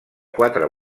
quatre